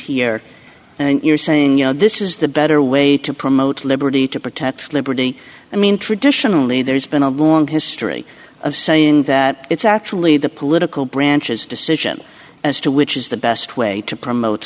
here and you're saying this is the better way to promote liberty to protect liberty i mean traditionally there's been a long history of saying that it's actually the political branches decision as to which is the best way to promote